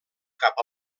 cap